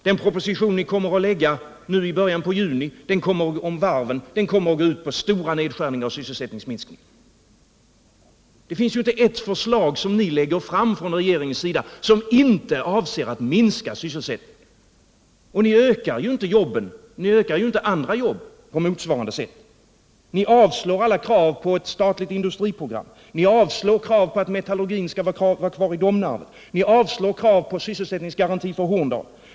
Den proposition om varven som kommer att tas i början av juni går ut på stora nedskärningar och sysselsättningsminskningar. Det finns inte ett förslag som regeringen lägger fram som inte avser att minska sysselsättningen. Ni ökar ju inte antalet andra jobb på motsvarande sätt. Ni avslår alla krav på ett statligt industriprogram. Ni avslår krav på att metallurgin skall vara kvar i Domnarvet. Ni avslår krav på sysselsättningsgaranti för Horndal.